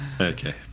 Okay